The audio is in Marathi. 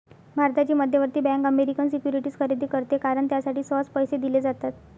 भारताची मध्यवर्ती बँक अमेरिकन सिक्युरिटीज खरेदी करते कारण त्यासाठी सहज पैसे दिले जातात